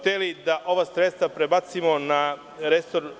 Hteli smo da ova sredstva prebacimo na resor